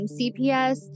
CPS